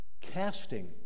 casting